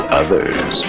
others